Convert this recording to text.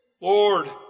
Lord